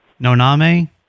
Noname